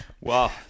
Wow